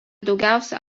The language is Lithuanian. daugiausiai